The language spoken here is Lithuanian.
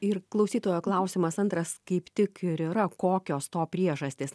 ir klausytojo klausimas antras kaip tik ir yra kokios to priežastys